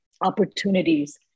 opportunities